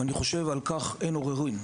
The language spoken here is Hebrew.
אני חושב שאין על כך עוררין.